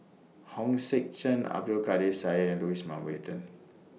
Hong Sek Chern Abdul Kadir Syed and Louis Mountbatten